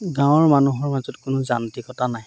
গাঁৱৰ মানুহৰ মাজত কোনো যান্ত্ৰিকতা নাই